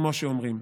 כמו שאומרים.